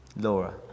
Laura